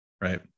right